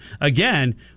again